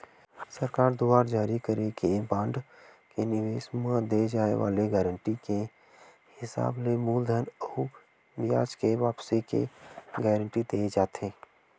सरकार दुवार जारी करे के बांड के निवेस म दे जाय वाले गारंटी के हिसाब ले मूलधन अउ बियाज के वापसी के गांरटी देय जाथे